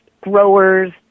growers